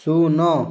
ଶୂନ